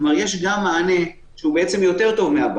כלומר יש גם מענה שטוב מהבית,